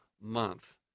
month